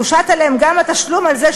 יושת עליהם גם התשלום הזה,